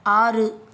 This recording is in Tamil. ஆறு